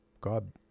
God